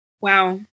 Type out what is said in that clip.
Wow